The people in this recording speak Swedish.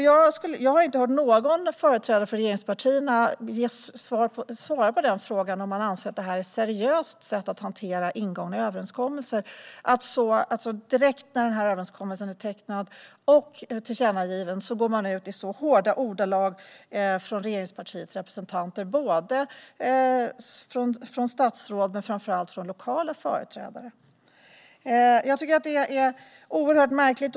Jag har inte hört någon företrädare för regeringspartierna svara på om man anser att det är ett seriöst sätt att hantera ingångna överenskommelser att regeringspartiets representanter direkt när överenskommelsen är tecknad och tillkännagiven gå ut i så hårda ordalag. Det gäller både statsråd men framför allt lokala företrädare. Jag tycker att det är oerhört märkligt.